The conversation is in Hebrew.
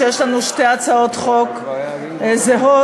כשיש לנו שתי הצעות חוק זהות,